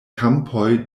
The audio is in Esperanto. kampoj